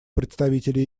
представителя